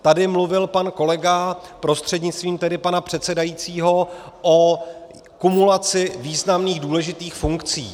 Tady mluvil pan kolega, prostřednictvím tedy pana předsedajícího, o kumulaci významných, důležitých funkcí.